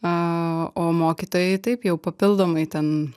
o mokytojai taip jau papildomai ten